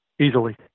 easily